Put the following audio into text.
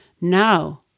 Now